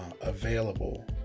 available